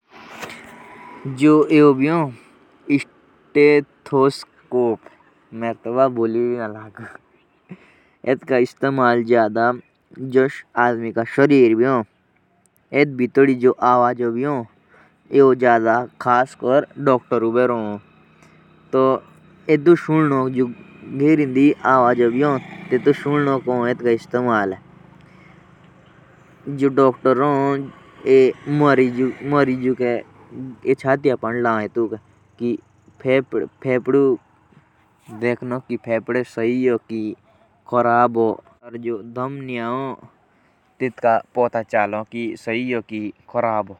स्टेथोस्कोप का प्रयोग डॉक्टर मरीज़ के दिल के धड़कन सुन उक और गेरिण्ड के आवाज़ो सुनक करो। जेटलिया मरीज़ोंके भीतर की बीमारिया का पोता चलो।